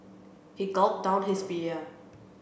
he gulped down his beer